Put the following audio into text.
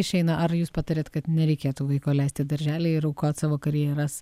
išeina ar jūs patariat kad nereikėtų vaiko leist į darželį ir aukot savo karjeras